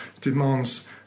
demands